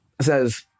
says